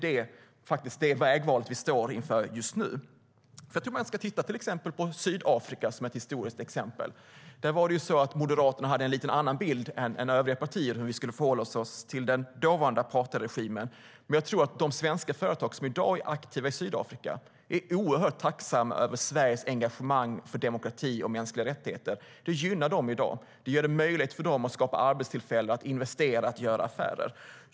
Det är vägvalet vi står inför just nu. Låt oss se på Sydafrika som ett historiskt exempel. Där hade Moderaterna en annan bild än övriga partier över hur vi skulle förhålla oss till den dåvarande apartheidregimen. De svenska företag som i dag är aktiva i Sydafrika är oerhört tacksamma över Sveriges engagemang för demokrati och mänskliga rättigheter. Det gynnar dem i dag. Det gör det möjligt för dem att skapa arbetstillfällen, att investera och göra affärer.